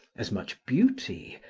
as much beauty,